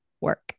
work